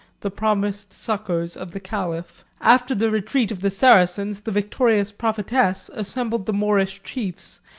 the promised succours of the caliph. after the retreat of the saracens, the victorious prophetess assembled the moorish chiefs,